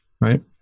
right